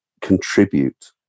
contribute